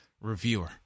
reviewer